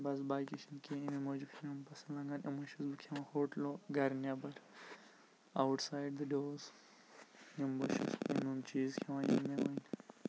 بَس باقی چھِنہٕ کینٛہہ یِمَے چھُس بہٕ کھٮ۪وان ہوٹلو گَرٕ نٮ۪بَر آوُٹ سایڈ دَ ڈورٕز یِم بہٕ چھُس یِم یِم چیٖز کھٮ۪وان